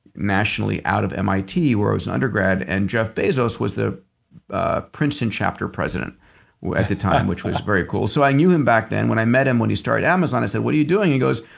nationally out of mit where i was an undergrad and jeff bezos was the ah princeton chapter president at the time, which was very cool. so i knew him back them. when i met him when he started amazon, i said, what are you doing? he goes,